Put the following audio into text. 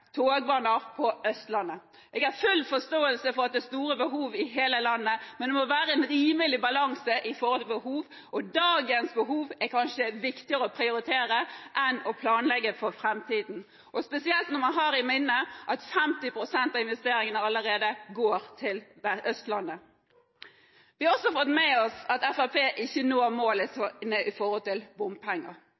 togbaner på Østlandet. Jeg har full forståelse for at det er store behov i hele landet, men det må være en rimelig balanse i forhold til behov. Det er kanskje viktigere å prioritere dagens behov enn å planlegge for framtiden, spesielt når man har i minne at 50 pst. av investeringene allerede går til Østlandet. Vi har også fått med oss at Fremskrittspartiet ikke når målet når det gjelder bompenger,